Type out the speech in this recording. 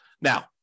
Now